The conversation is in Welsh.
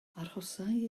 arhosai